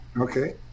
Okay